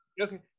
okay